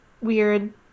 weird